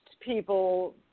People